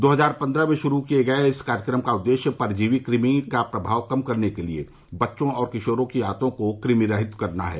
दो हजार पन्द्रह में शुरू किए गये इस कार्यक्रम का उद्देश्य परिजीवी कृमि का प्रभाव कम करने के लिए बच्चों और किशोरों की आंतों को कृमिरहित करना है